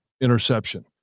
interception